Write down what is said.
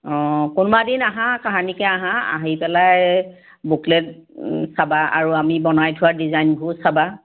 অ কোনবাদিন আহা কাহানিকে আহা আহি পেলাই বুকলেট চাবা আৰু আমাৰ বনাই থোৱা ডিজাইন বোৰ চাবা